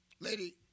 Lady